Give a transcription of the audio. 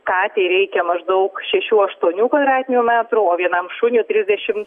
katei reikia maždaug šešių aštuonių kvadratinių metrų o vienam šuniui trisdešimt